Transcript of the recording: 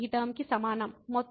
మొత్తం square minus 2cos2θsin2θ